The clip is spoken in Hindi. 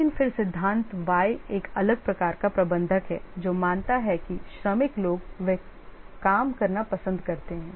लेकिन फिर सिद्धांत Y एक अलग प्रकार का प्रबंधक है जो मानता है कि श्रमिक लोग वे काम करना पसंद करते हैं